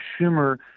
Schumer